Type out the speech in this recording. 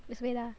let's wait lah